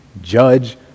judge